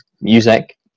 music